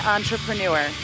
Entrepreneur